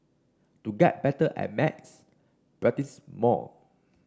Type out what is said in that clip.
to get better at maths practise more